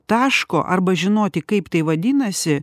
taško arba žinoti kaip tai vadinasi